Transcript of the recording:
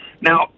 Now